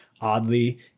oddly